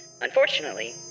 Unfortunately